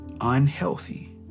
unhealthy